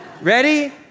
Ready